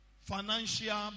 financial